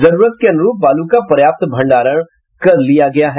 जरूरत के अनुरूप बालू का पर्याप्त भण्डारण कर लिया गया है